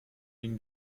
dem